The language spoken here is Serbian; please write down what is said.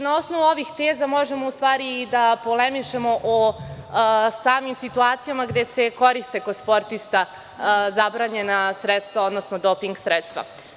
Na osnovu ovih teza možemo u stvari i da polemišemo o samim situacijama gde se koriste kod sportista zabranjena sredstva, odnosno doping sredstva.